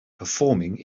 performing